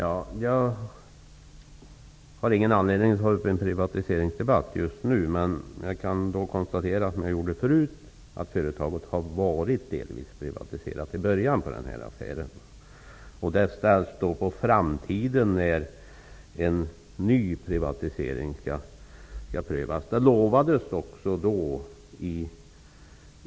Fru talman! Jag har ingen anledning att ta upp en privatiseringsdebatt just nu. Men jag kan konstatera, liksom jag har gjort tidigare, att företaget var delvis privatiserat i början. En ny prövning av en privatisering har skjutits på framtiden.